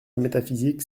métaphysique